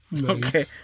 Okay